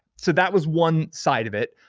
so that was one side of it.